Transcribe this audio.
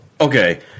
okay